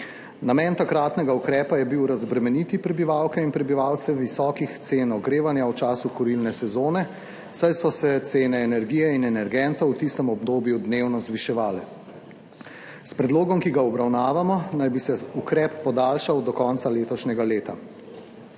Namen takratnega ukrepa je bil razbremeniti prebivalke in prebivalce visokih cen ogrevanja v času kurilne sezone, saj so se cene energije in energentov v tistem obdobju dnevno zviševale. S predlogom, ki ga obravnavamo, naj bi se ukrep podaljšal do konca letošnjega leta.